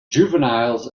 juveniles